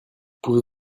pouvez